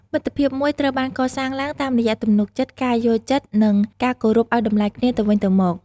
មិត្តភាពមួយត្រូវបានកសាងឡើងតាមរយៈទំនុកចិត្ត ការយល់ចិត្ត និងការគោរពឱ្យតម្លៃគ្នាទៅវិញទៅមក។